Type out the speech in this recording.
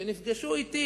שנפגשו אתי,